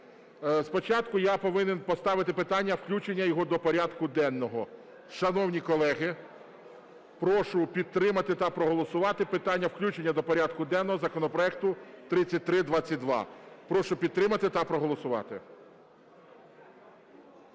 Спочатку я повинен поставити питання включення його до порядку денного. Шановні колеги, прошу підтримати та проголосувати питання включення до порядку денного законопроекту 3322. Прошу підтримати та проголосувати.